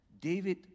David